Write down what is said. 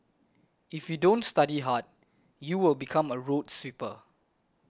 if you don't study hard you will become a road sweeper